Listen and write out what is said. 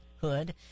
hood